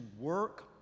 work